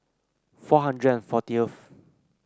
four hundred fourteen